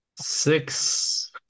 Six